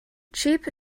cheap